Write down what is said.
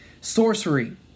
sorcery